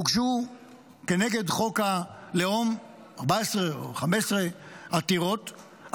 הוגשו כנגד חוק הלאום 14 או 15 עתירות,